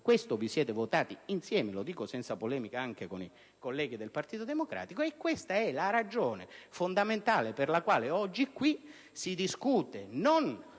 voi lo avete votato, insieme - lo dico senza polemiche - anche ai colleghi del Partito Democratico, e questa è la ragione fondamentale per la quale oggi qui si discute non